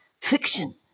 fiction